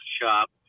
shop